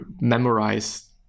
memorize